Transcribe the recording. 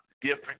different